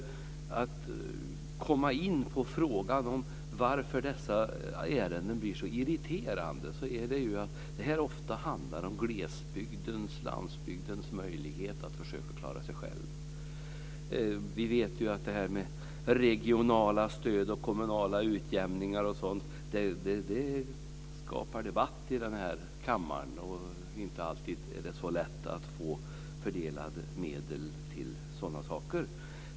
Jag ska komma in på frågan varför dessa ärenden blir så irriterande. Det handlar ofta om glesbygdens och landsbygdens möjlighet att försöka klara sig själv. Vi vet att regionala stöd, kommunala utjämningar och sådant skapar debatt i kammaren. Det är inte alltid så lätt att få medel fördelat till sådana saker.